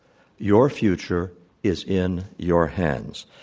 your future is in your hands.